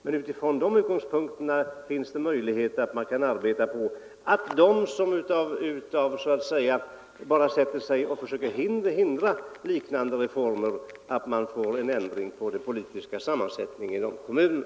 Man får från den utgångspunkten arbeta på att åstadkomma en ändring av den politiska sammansättningen i de kommuner där det finns folk som försöker hindra liknande reformer.